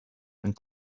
and